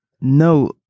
No